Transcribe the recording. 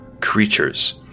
creatures